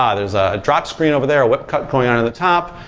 ah there's a drop screen over there. what cut point on the top?